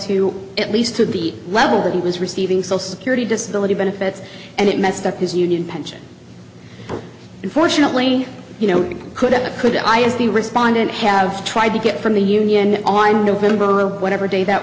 to at least to the level that he was receiving social security disability benefits and it messed up his union pension unfortunately you know he could have a could i as the respondent have tried to get from the union on november whatever day that